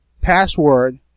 password